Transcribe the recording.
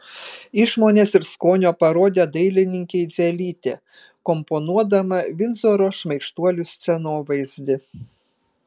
išmonės ir skonio parodė dailininkė idzelytė komponuodama vindzoro šmaikštuolių scenovaizdį